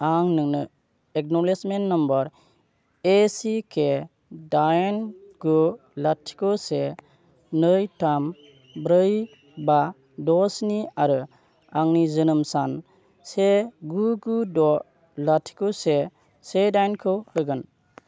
आं नोंनो acknowledgement number ए सि के दाइन गु लाथिख' से नै थाम ब्रै बा द' स्नि आरो आंनि जोनोम सान से गु गु द' लाथिख' से दाइन खौ होगोन